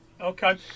Okay